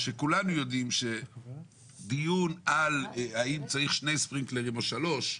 שכולנו יודעים שדיון על האם צריך שני ספרינקלרים או שלושה,